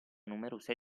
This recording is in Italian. numerose